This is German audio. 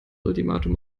ultimatum